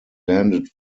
landed